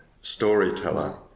storyteller